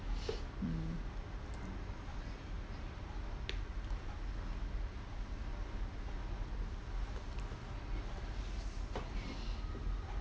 mm